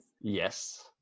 yes